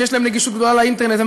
שיש להם גישה גדולה לאינטרנט והם